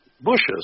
bushes